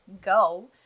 go